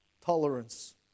tolerance